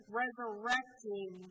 resurrecting